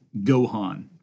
Gohan